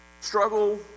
struggle